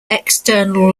external